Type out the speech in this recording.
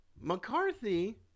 McCarthy